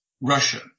Russia